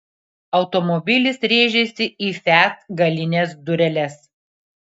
automobilis rėžėsi į fiat galines dureles